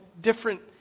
different